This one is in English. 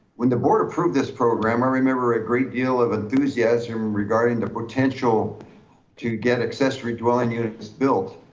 when the board approved this program. i remember a great deal of enthusiasm regarding the potential to get accessory dwelling units built.